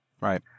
Right